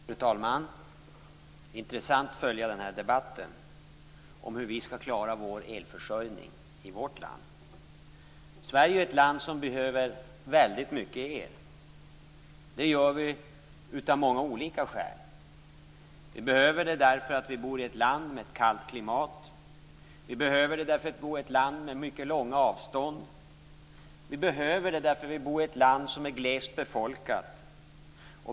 Fru talman! Det är intressant att följa den här debatten om hur vi skall klara vår elförsörjning i vårt land. Sverige är ett land som behöver väldigt mycket el, av många olika skäl: - Vi behöver det därför att vi bor i ett land med ett kallt klimat. - Vi behöver det därför att vi bor i ett land med mycket långa avstånd. - Vi behöver det därför att vi bor i ett land som är glest befolkat.